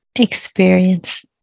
Experience